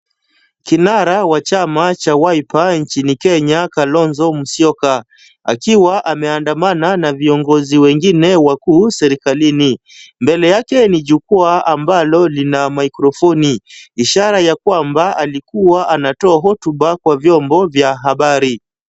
Kinara wa chama cha Wiper nchini Kenya kalonzo Musyioka akiwa ameandamana na viongozi wengine wakuu serikalini. Mbele yake ni jukwaa ambalo lina maikrofoni. Ishara ya kwamba alikuwa anatoa hotuba kwa vyombo vya habari.